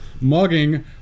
mugging